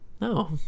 no